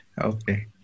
Okay